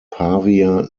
pavia